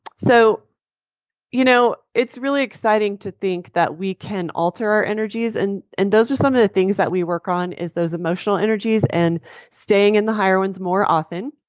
so you know it's really exciting to think that we can alter our energies. and and those are some of the things that we work on, is those emotional energies, and staying in the higher ones more often.